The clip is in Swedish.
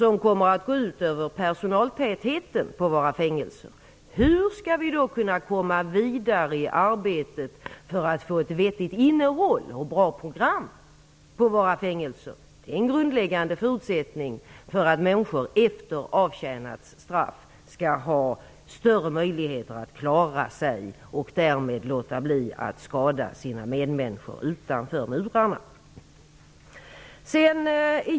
De kommer att gå ut över personaltätheten på våra fängelser. Hur skall vi då kunna komma vidare i arbetet med att få ett vettigt innehåll och ett bra program på våra fängelser? Det är en grundläggande förutsättning för att människor efter avtjänat straff skall ha större möjligheter att klara sig och därmed låta bli att skada sina medmänniskor utanför murarna.